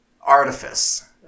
artifice